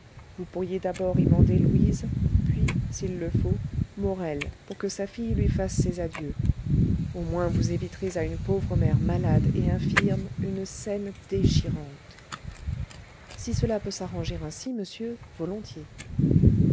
vous pourriez d'abord y mander louise puis s'il le faut morel pour que sa fille lui fasse ses adieux au moins vous éviterez à une pauvre mère malade et infirme une scène déchirante si cela peut s'arranger ainsi monsieur volontiers